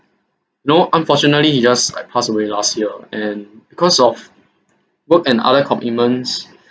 you know unfortunately he just like passed away last year and because of work and other commitments